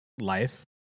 life